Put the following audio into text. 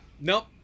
nope